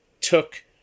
took